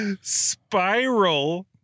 Spiral